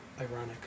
Ironic